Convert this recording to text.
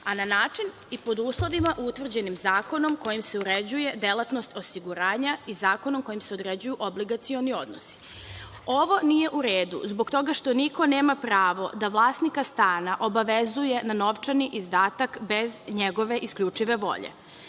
a na način i pod uslovima utvrđenim zakonom kojim se uređuje delatnost osiguranja i zakonom kojim se uređuju obligacioni odnosi. Ovo nije u redu zbog toga što niko nema pravo da vlasnika stana obavezuje na novčani izdatak bez njegove isključive volje.